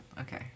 Okay